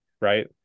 right